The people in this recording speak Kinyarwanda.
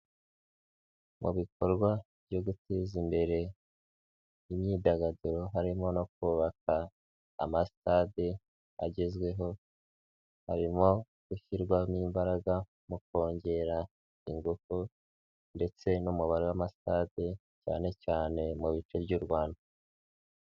Mu bikorwa byo guteza imbere imyidagaduro harimo no kubaka amasitade agezweho, harimo gushyirwamo imbaraga mu kongera ingufu ndetse n'umubare w'amasitade, cyane cyane mu bice by'u Rwanda.